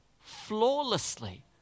flawlessly